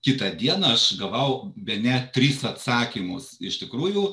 kitą dieną aš gavau bene tris atsakymus iš tikrųjų